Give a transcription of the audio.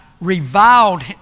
reviled